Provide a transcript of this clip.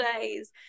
days